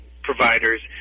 providers